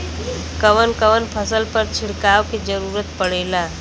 कवन कवन फसल पर छिड़काव के जरूरत पड़ेला?